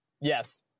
Yes